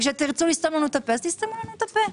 וכשתרצו לסתום לנו את הפה תסתמו לנו את הפה.